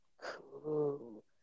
Cool